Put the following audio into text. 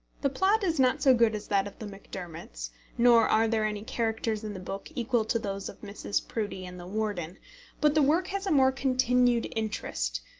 the plot is not so good as that of the macdermots nor are there any characters in the book equal to those of mrs. proudie and the warden but the work has a more continued interest,